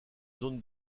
zone